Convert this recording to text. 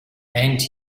and